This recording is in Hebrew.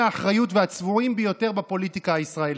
האחריות והצבועים ביותר בפוליטיקה הישראלית.